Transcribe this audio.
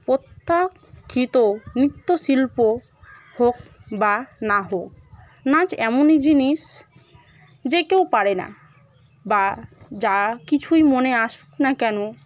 প্রত্যাখ্যাত নৃত্যশিল্প হোক বা না হোক নাচ এমনই জিনিস যে কেউ পারে না বা যা কিছুই মনে আসুক না কেন